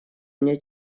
мне